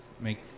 make